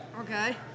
Okay